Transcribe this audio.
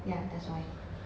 ya that's why